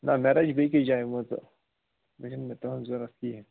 نہ مےٚ رَچہِ بیٚکِس جایہِ وۄنۍ تہٕ مےٚ چھَنہٕ وۄنۍ تہنٛز ضرورت کِہیٖنۍ